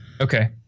Okay